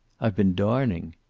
i've been darning.